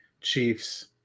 Chiefs